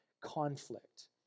conflict